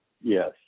Yes